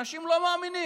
אנשים לא מאמינים.